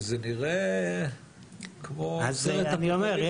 זה נראה כמו --- אז אני אומר,